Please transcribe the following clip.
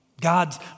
God's